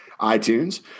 iTunes